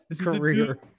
career